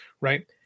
right